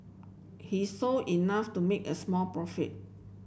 he sold enough to make a small profit